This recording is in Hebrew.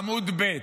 עמוד ב'.